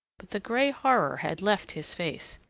but the grey horror had left his face.